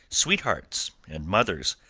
sweethearts and mothers,